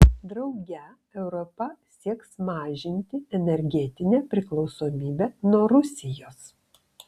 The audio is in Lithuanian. drauge europa sieks mažinti energetinę priklausomybę nuo rusijos